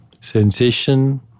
Sensation